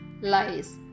lies